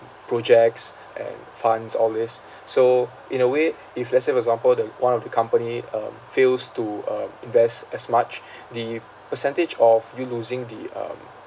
projects and funds all these so in a way if let's say for example the one of the company um fails to um invest as much the percentage of you losing the um